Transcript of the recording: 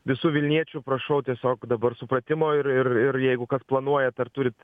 visų vilniečių prašau tiesiog dabar supratimo ir ir ir jeigu kas planuojat ar turit